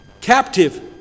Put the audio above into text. captive